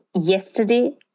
yesterday